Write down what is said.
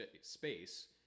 space